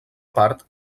part